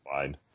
fine